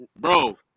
bro